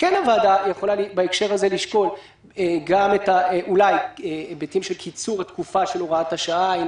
הוועדה יכולה לשקול אולי גם היבטים של קיצור התקופה של הוראת השעה,